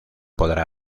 podrá